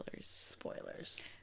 Spoilers